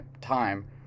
time